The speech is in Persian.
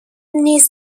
نیز